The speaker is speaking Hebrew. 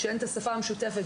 כשאין השפה המשותפת